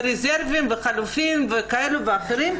ורזרבים וחלופיים כאלה ואחרים,